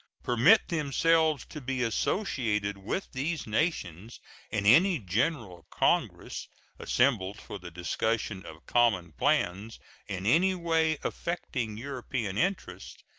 permit themselves to be associated with these nations in any general congress assembled for the discussion of common plans in any way affecting european interests,